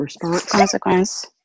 consequence